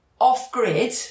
off-grid